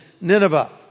Nineveh